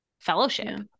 fellowship